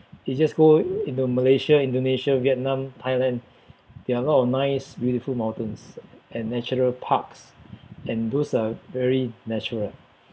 you just go into Malaysia Indonesia Vietnam Thailand there are a lot of nice beautiful mountains and natural parks and those are very natural